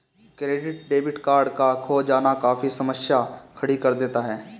credit debit card का खो जाना काफी समस्या खड़ी कर देता है